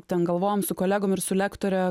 ten galvojom su kolegom ir su lektore